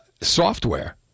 software